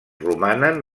romanen